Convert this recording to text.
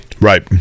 Right